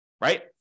Right